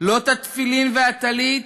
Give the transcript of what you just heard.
לא את התפילין והטלית,